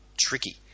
tricky